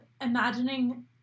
imagining